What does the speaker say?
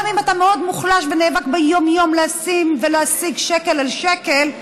אם אתה גם מאוד מוחלש ונאבק ביום-יום לשים ולהשיג שקל על שקל,